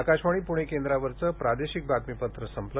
आकाशवाणी प्णे केंद्रावरचं प्रादेशिक बातमीपत्र संपलं